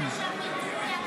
האחוזים של הצפייה.